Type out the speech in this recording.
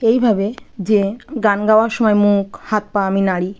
এইভাবে যে গান গাওয়ার সময় মুখ হাত পা আমি নাড়ি